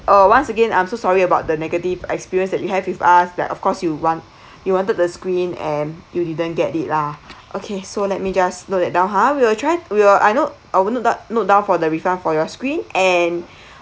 uh once again I'm so sorry about the negative experience that you have with us that of course you want you wanted the screen and you didn't get it lah okay so let me just note that down ha we'll try we will I note I will note down note down for the refund for your screen and